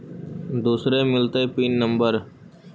दुसरे मिलतै PIN number?